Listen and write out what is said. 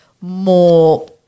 more